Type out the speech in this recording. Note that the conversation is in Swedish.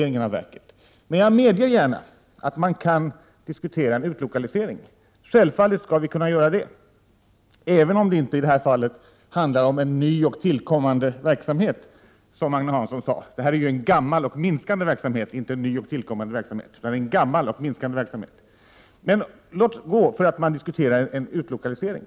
1987/88:46 placeringen av det nya verket. 16 december 1987 Jag medger emellertid gärna att man kan diskutera en utlokalisering. Det. = JA. oo do ooo skall man självfallet kunna göra, även om det i det här fallet, tvärtemot vad Agne Hansson sade, inte handlar om en ny och tillkommande verksamhet. Den här verksamheten är ju gammal och minskande. Låt gå för att man diskuterar en utlokalisering.